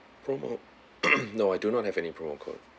promo no I do not have any promo code